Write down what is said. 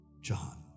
John